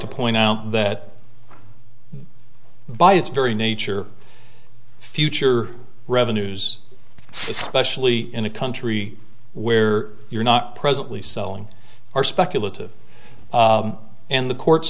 to point out that by its very nature future revenues especially in a country where you're not presently selling are speculative and the courts